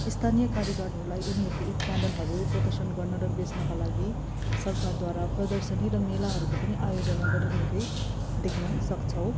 स्थानीय कारिगरहरूलाई उनीहरूको उत्पादनहरू प्रदर्शन गर्न र बेच्नका लागि सरकारद्वारा प्रदर्शनी र मेलाहरूको पनि आयोजना गरिरहेकै देख्न सक्छौँ